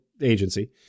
agency